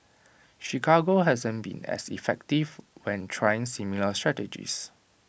Chicago hasn't been as effective when trying similar strategies